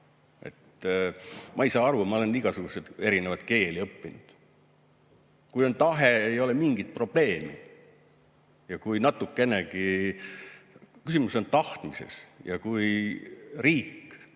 Ma ei saa aru – ma olen igasuguseid erinevaid keeli õppinud. Kui on tahe, ei ole mingit probleemi. Kui seda natukenegi on, küsimus on tahtmises. Ja kui riik